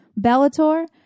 Bellator